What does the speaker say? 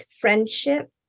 friendship